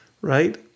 right